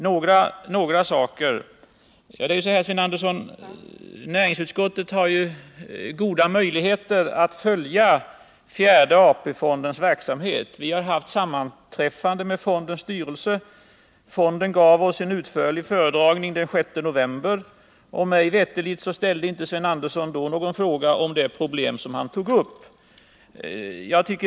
Näringsutskottet har ju, Sven Andersson, goda möjligheter att följa fjärde AP-fondens verksamhet. Vi har haft sammanträffanden med fondstyrelsen, och man gav oss en utförlig föredragning den 6 november. Mig veterligt ställde inte Sven Andersson då någon fråga om det problem som han nu tog upp.